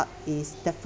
art is